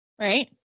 Right